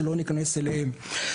לא ניכנס אליהן.